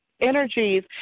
energies